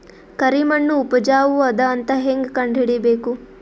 ಕರಿಮಣ್ಣು ಉಪಜಾವು ಅದ ಅಂತ ಹೇಂಗ ಕಂಡುಹಿಡಿಬೇಕು?